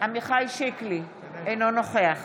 אינו נוכח